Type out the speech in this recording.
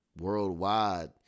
worldwide